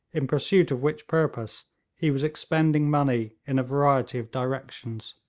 in pursuit of which purpose he was expending money in a variety of directions.